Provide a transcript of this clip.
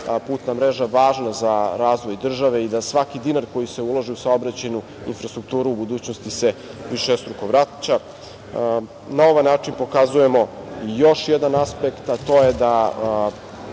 putna mreža važna za razvoj države i da svaki dinar koji se ulaže u saobraćajnu infrastrukturu u budućnosti se višestruko vraća. Na ovaj način pokazujemo još jedan apsekt, a to je da